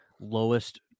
lowest